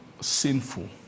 sinful